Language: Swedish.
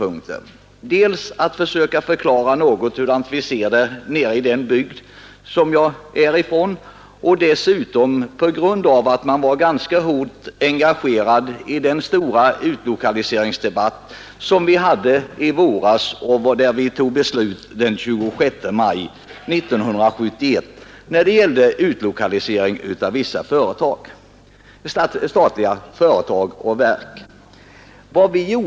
Den första är att jag vill försöka förklara hur vi ser på dessa frågor i den bygd som jag kommer ifrån. Den andra är att jag var ganska hårt engagerad i den stora utlokaliseringsdebatt som fördes här i riksdagen i våras, då vi den 26 maj beslöt om utlokalisering av vissa statliga företag och verk.